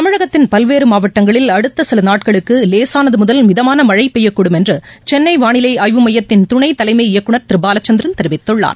தமிழகத்தின் பல்வேறுமாவட்டங்களில் அடுத்தசிலநாட்களுக்குலேசானதுமுதல் மிதமானமழைபெய்யக்கூடும் என்றுசென்னைவாளிலைஆய்வு மையத்திள் துணைதலைமை இயக்குநர் திருபாலச்சந்திரன் தெரிவித்துள்ளார்